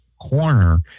corner